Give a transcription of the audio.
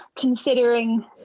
considering